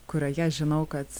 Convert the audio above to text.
kurioje aš žinau kad